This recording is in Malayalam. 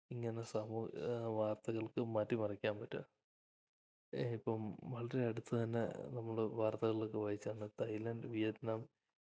ഇങ്ങനെ സമൂഹ വാർത്തകൾക്കും മാറ്റി മറിക്കാൻ പറ്റുക ദേ ഇപ്പം വളരെ അടുത്ത് തന്നെ നമ്മള് വാർത്തകളിലൊക്കെ വായിച്ചായിരുന്നു തായ്ലൻഡ് വിയറ്റ്നാം